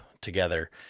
together